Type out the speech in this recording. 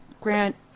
Grant